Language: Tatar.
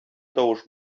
тавыш